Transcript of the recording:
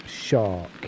shark